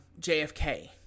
JFK